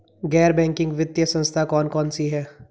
गैर बैंकिंग वित्तीय संस्था कौन कौन सी हैं?